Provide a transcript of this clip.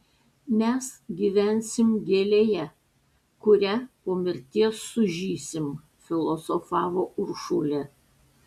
mes gyvensim gėlėje kuria po mirties sužysim filosofavo uršulė